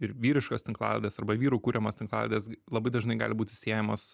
ir vyriškos tinklalaidės arba vyrų kuriamos tinklalaides labai dažnai gali būti siejamos